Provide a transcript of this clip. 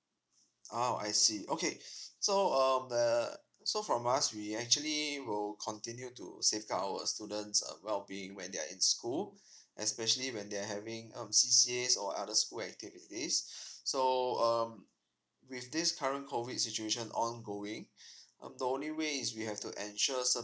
oh I see okay so um the so from us we actually will continue to safeguard our students uh well being when they're in school especially when they're having uh CCAs or out of school activities um with this current ongoing um the only way is we have to ensure cer~